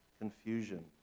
confusion